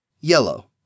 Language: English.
Yellow